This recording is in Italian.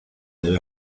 deve